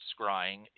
scrying